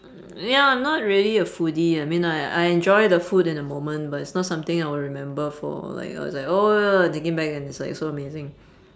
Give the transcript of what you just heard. mm ya not really a foodie I mean I I enjoy the food in the moment but it's not something I will remember for like uh it's like oh ya thinking back and it's like so amazing